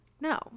No